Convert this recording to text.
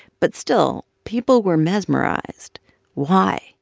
but still, people were mesmerized why?